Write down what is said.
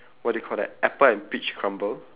what do you call that apple and peach crumble